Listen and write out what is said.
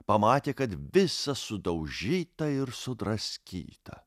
pamatė kad visa sudaužyta ir sudraskyta